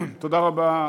תודה רבה,